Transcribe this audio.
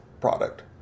product